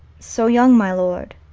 so young, my lord,